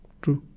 true